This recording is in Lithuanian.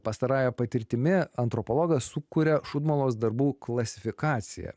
pastarąja patirtimi antropologas sukuria šūdmalos darbų klasifikaciją